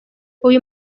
uyu